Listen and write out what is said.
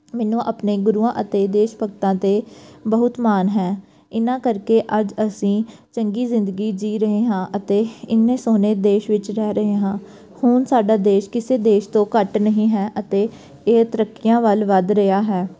ਮੈਨੂੰ ਆਪਣੇ ਗੁਰੂਆਂ ਅਤੇ ਦੇਸ਼ ਭਗਤਾਂ 'ਤੇ ਬਹੁਤ ਮਾਣ ਹੈ ਇਹਨਾਂ ਕਰਕੇ ਅੱਜ ਅਸੀਂ ਚੰਗੀ ਜ਼ਿੰਦਗੀ ਜੀ ਰਹੇ ਹਾਂ ਅਤੇ ਇੰਨੇ ਸੋਹਣੇ ਦੇਸ਼ ਵਿੱਚ ਰਹਿ ਰਹੇ ਹਾਂ ਹੁਣ ਸਾਡਾ ਦੇਸ਼ ਕਿਸੇ ਦੇਸ਼ ਤੋਂ ਘੱਟ ਨਹੀਂ ਹੈ ਅਤੇ ਇਹ ਤਰੱਕੀਆਂ ਵੱਲ ਵੱਧ ਰਿਹਾ ਹੈ